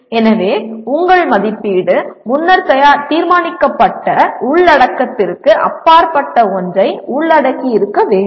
எனவே உங்கள் மதிப்பீடு முன்னர் தீர்மானிக்கப்பட்ட உள்ளடக்கத்திற்கு அப்பாற்பட்ட ஒன்றை உள்ளடக்கியிருக்க வேண்டும்